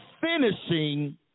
finishing